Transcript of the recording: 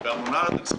גם מן הממונה על התקציבים